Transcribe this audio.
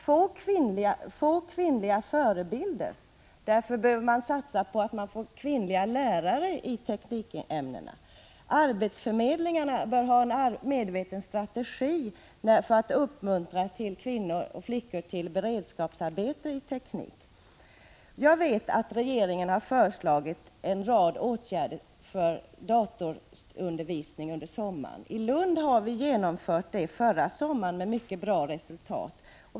Flickor har få kvinnliga förebilder. Därför behövs det en satsning på kvinnliga lärare i teknikämnena. Arbetsförmedlingarna bör ha en sådan strategi att de medvetet uppmuntrar flickor och kvinnor att ta beredskapsarbeten på teknikområdet. Jag vet att regeringen har föreslagit en rad åtgärder beträffande datorundervisning under sommaren. Förra sommaren genomförde vi i Lund sådan undervisning — med mycket bra resultat.